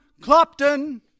Clopton